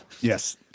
Yes